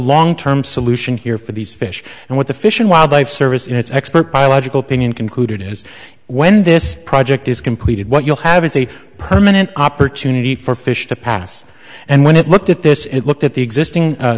long term solution here for these fish and what the fish and wildlife service and its expert biological ping in concluded as when this project is completed what you'll have is a permanent opportunity for fish to pass and when it looked at this it looked at the existing